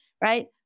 right